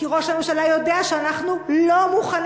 כי ראש הממשלה יודע שאנחנו לא מוכנים